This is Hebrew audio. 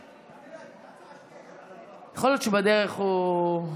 יכול להיות שבדרך הוא,